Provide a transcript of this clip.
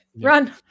run